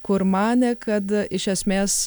kur manė kad iš esmės